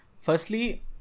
firstly